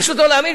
פשוט לא להאמין,